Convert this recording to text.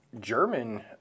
german